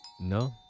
No